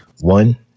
One